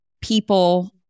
people